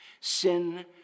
Sin